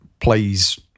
plays